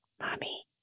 Mommy